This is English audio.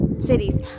cities